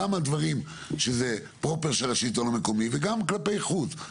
גם על דברים שהם פרופר של השלטון המקומי וגם כלפי חוץ.